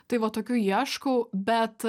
tai va tokių ieškau bet